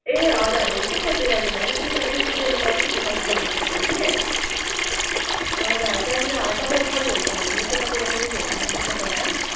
ए हजुर हुन्छ त त्यतातिर नि अलिकति त्यो चाहिँ डेलोको अलिकति माथि जानुपर्छ कि हजुर त्यहाँनिर तपाईँ गर्नुहुन्छ भने म त्यतातिर पनि लगिदिन्छु तपाईँलाई